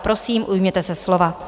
Prosím, ujměte se slova.